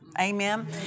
Amen